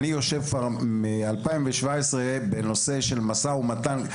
אני יושב כבר מ-2017 בנושא של משא ומתן,